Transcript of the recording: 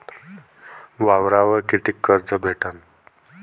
वावरावर कितीक कर्ज भेटन?